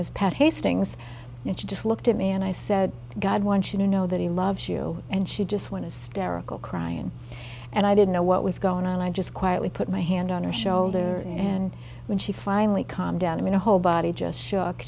is pat hastings and she just looked at me and i said god wants you to know that he loves you and she just want to stare crying and i didn't know what was going on and i just quietly put my hand on his shoulders and when she finally calmed down i mean the whole body just sho